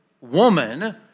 woman